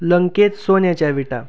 लंकेत सोन्याच्या विटा